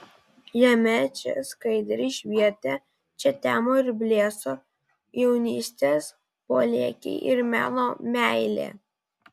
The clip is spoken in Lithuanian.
jame čia skaidriai švietė čia temo ir blėso jaunystės polėkiai ir meno meilė